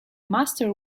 master